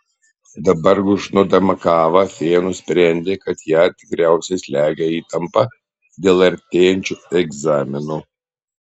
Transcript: dabar gurkšnodama kavą fėja nusprendė kad ją tikriausiai slegia įtampa dėl artėjančių egzaminų